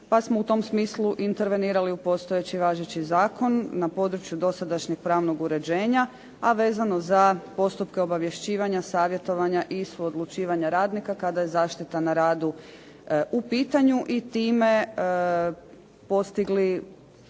pa smo u tom smislu intervenirali u postojeći važeći zakona na području dosadašnjeg pravnog uređenja, a vezano za postupke obavješćivanja, savjetovanja i suodlučivanja radnika kada je zaštita na radu u pitanju i time postigli